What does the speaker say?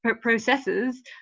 processes